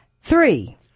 Three